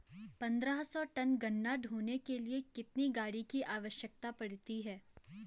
पन्द्रह सौ टन गन्ना ढोने के लिए कितनी गाड़ी की आवश्यकता पड़ती है?